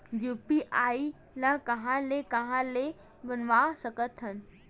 UPI ल कहां ले कहां ले बनवा सकत हन?